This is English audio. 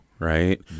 right